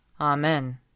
Amen